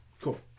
cool